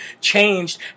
changed